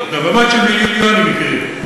רבבות של מיליונים, קרי.